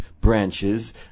branches